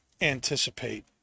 anticipate